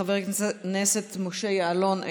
חבר הכנסת משה יעלון,